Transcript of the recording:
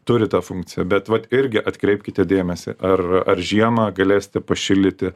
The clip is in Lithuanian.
turi tą funkciją bet vat irgi atkreipkite dėmesį ar ar žiemą galėsite pašildyti